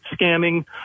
scamming